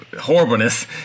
horribleness